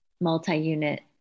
multi-unit